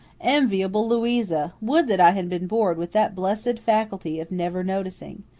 enviable louisa! would that i had been born with that blessed faculty of never noticing!